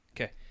Okay